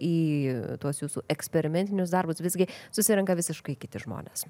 į tuos jūsų eksperimentinius darbus visgi susirenka visiškai kiti žmonės